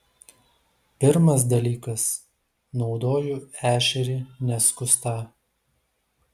pirmas dalykas naudoju ešerį neskustą